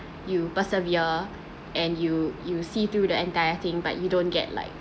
you persevere and you you see through the entire thing but you don't get like